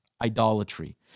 idolatry